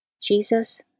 Jesus